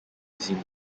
disini